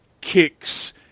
kicks